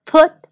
,Put